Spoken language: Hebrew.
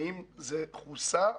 האם זה כוסה?